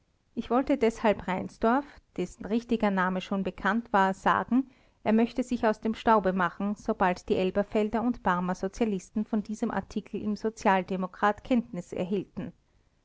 ich wollte deshalb reinsdorf dessen richtiger name schon bekannt war sagen er möchte sich aus dem staube machen sobald die elberfelder und barmer sozialisten von diesem artikel im sozialdemokrat kenntnis erhielten